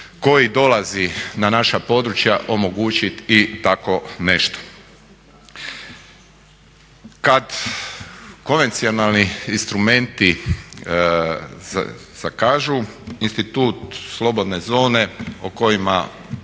koji dolazi na naša područja omogućiti i tako nešto. Kada konvencionalni instrumenti zakažu, institut slobodne zone o kojima